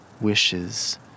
wishes